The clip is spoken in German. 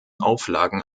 auflagen